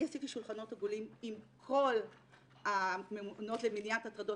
אני עשיתי שולחנות עגולים עם כל הממונות למניעת הטרדות